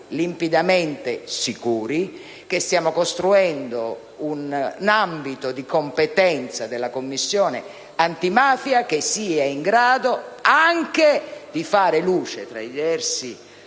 limpidamente sicuri, che stiamo costruendo un ambito di competenza della Commissione antimafia che sia in grado anche di far luce - poi